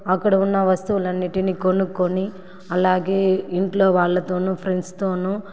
అక్కడ ఉన్న వస్తువులన్నిటిని కొనుక్కొని అలాగే ఇంట్లో వాళ్ళతోను ఫ్రెండ్స్తోను